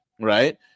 right